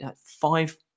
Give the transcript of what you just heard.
five